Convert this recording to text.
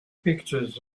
pictures